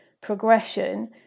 progression